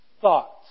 thoughts